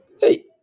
hey